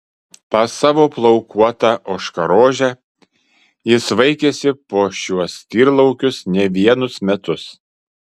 tą savo plaukuotą ožkarožę jis vaikėsi po šiuos tyrlaukius ne vienus metus